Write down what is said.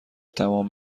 تمام